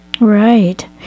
Right